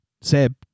Seb